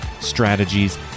strategies